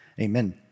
amen